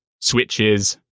switches